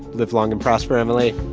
live long and prosper, emily